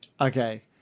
Okay